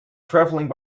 traveling